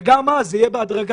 וגם אז זה יהיה בהדרגתיות.